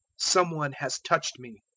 some one has touched me,